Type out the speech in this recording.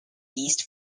east